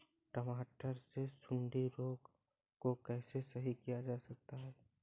टमाटर से सुंडी रोग को कैसे सही किया जा सकता है?